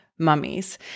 Mummies